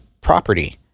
property